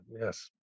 Yes